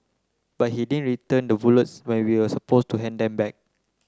but he didn't return the bullets when we are supposed to hand them back